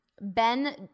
Ben